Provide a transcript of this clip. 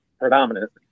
predominant